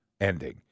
ending